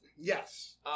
Yes